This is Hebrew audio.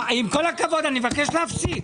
עם כל הכבוד, אני מבקש להפסיק.